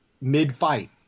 mid-fight